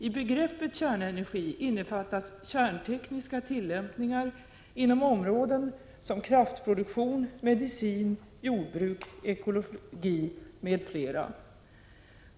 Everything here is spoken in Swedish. I begreppet kärnenergi innefattas kärntekniska tillämpningar inom områden som kraftproduktion, medicin, jordbruk och ekologi.